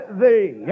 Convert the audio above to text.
thee